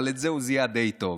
אבל את זה הוא זיהה די טוב.